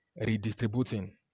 redistributing